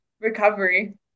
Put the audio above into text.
recovery